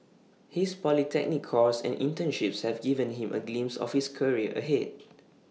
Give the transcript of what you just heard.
his polytechnic course and internships have given him A glimpse of his career ahead